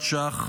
מיליארד ש"ח